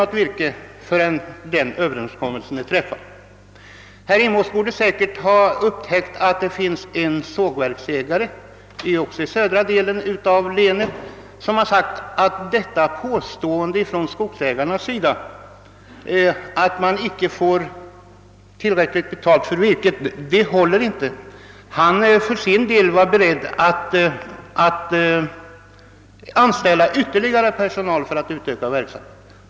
Och herr Rimås borde ha upptäckt att en sågverksägare — också i södra delen av länet — sagt att skogsägarnas påstående att de inte får tillräckligt betalt för virket inte håller streck. Den nyssnämnde sågverksägaren var för sin del beredd att anställa ytterligare personal för att utvidga verk samheten.